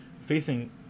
facing